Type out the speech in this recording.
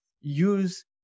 use